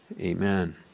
Amen